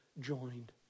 joined